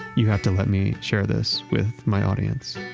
you have to let me share this with my audience.